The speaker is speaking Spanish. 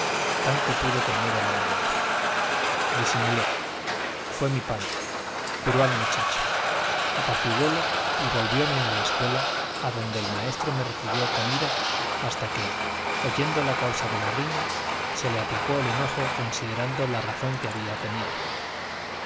tanto pudo conmigo la vergüenza disimulé fue mi padre curó al muchacho apaciguólo y volvióme a la escuela adonde el maestro me recibió con ira hasta que oyendo la causa de la riña se le aplacó el enojo considerando la razón que había tenido